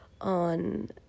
on